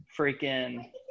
freaking